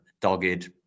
dogged